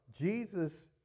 Jesus